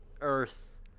Earth